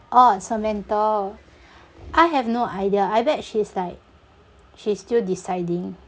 oh samantha I have no idea I bet she's like she's still deciding